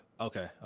Okay